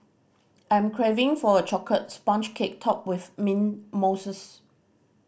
I'm craving for a chocolate sponge cake topped with mint mousses